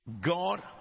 God